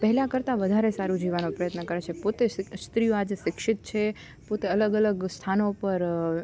પહેલાં કરતાં વધારે સારું જીવવાનો પ્રયત્ન કરે છે પોતે સ્ત્રીઓ આજે શિક્ષિત છે પોતે અલગ અલગ સ્થાનો પર